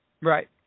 Right